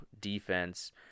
defense